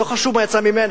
ולא חשוב מה יצא ממנה,